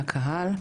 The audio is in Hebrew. לקהל,